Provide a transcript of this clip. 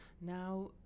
now